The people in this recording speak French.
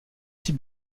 six